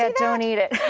ah don't eat it. oh,